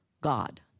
God